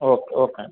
okay okay అండి